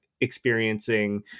experiencing